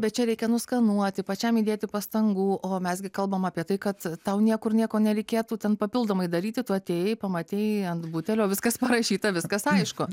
bet čia reikia nuskanuoti pačiam įdėti pastangų o mes gi kalbam apie tai kad tau niekur nieko nereikėtų ten papildomai daryti tu atėjai pamatei ant butelio viskas parašyta